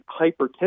hypertension